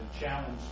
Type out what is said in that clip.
challenge